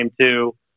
two